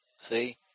See